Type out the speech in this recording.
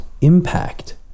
impact